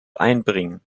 einbringen